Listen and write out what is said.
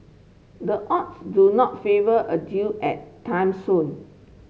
the odds do not favour a deal at time soon